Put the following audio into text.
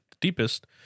deepest